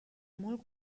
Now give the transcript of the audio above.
molt